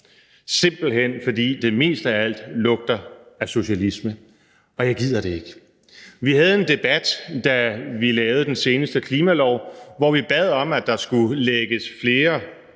simpelt hen fordi det mest af alt lugter af socialisme, og jeg gider det ikke. Vi havde, da vi lavede den seneste klimalov, en debat, hvor vi bad om, at der skulle lægges flere